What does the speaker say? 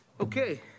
Okay